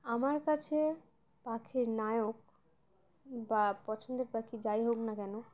আমার কাছে পাখির নায়ক বা পছন্দের পাখি যাই হোক না কেন